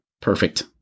perfect